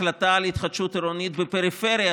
החלטה על התחדשות עירונית בפריפריה,